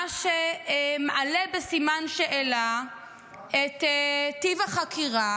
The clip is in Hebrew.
מה שמעלה בסימן שאלה את טיב החקירה